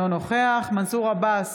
אינו נוכח מנסור עבאס,